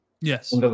Yes